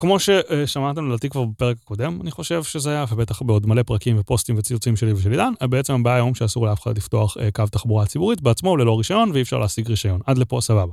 כמו ששמעתם לדעתי כבר בפרק הקודם, אני חושב שזה היה, ובטח בעוד מלא פרקים ופוסטים וציוצים שלי ושל אילן, אבל בעצם הבעיה היום שאסור לאף אחד לפתוח קו תחבורה ציבורית בעצמו ללא רישיון, ואי אפשר להשיג רישיון. עד לפה, סבבה.